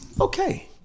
Okay